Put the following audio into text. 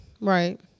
right